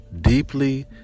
deeply